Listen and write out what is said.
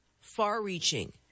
far-reaching